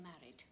married